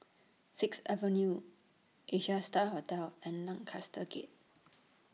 Sixth Avenue Asia STAR Hotel and Lancaster Gate